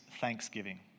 thanksgiving